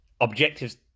objectives